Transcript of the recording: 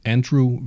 Andrew